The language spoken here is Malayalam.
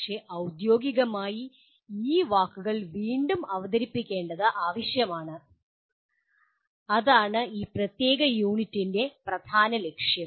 പക്ഷേ ഔദ്യോഗികമായി ആ വാക്കുകൾ വീണ്ടും അവതരിപ്പിക്കേണ്ടത് ആവശ്യമാണ് അതാണ് ഈ പ്രത്യേക യൂണിറ്റിൻ്റെ പ്രധാന ലക്ഷ്യം